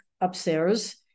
upstairs